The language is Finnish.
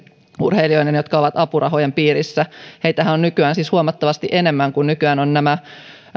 urheilijoiden jotka ovat apurahojen piirissä heitähän on nykyään huomattavasti enemmän kun nykyään on